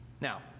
Now